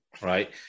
right